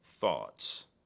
thoughts